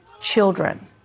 children